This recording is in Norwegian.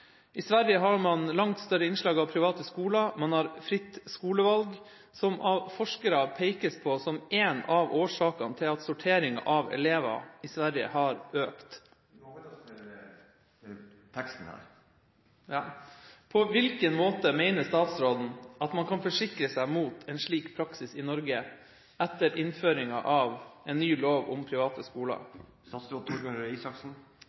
I Sverige har man langt større innslag av private skoler. Man har fritt skolevalg som av forskere pekes på som en av årsakene til at sorteringa av elever i Sverige har økt. Representanten må holde seg til teksten i det innleverte spørsmålet. «På hvilken måte mener statsråden man kan forsikre seg mot en slik praksis i Norge etter innføring av en ny lov om private skoler?»